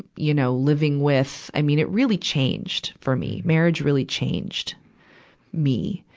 you know, living with, i mean, it really changed for me. marriage really changed me.